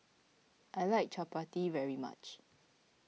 I like Chapati very much